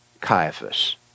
Caiaphas